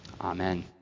Amen